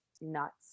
nuts